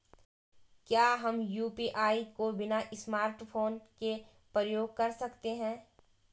क्या हम यु.पी.आई को बिना स्मार्टफ़ोन के प्रयोग कर सकते हैं?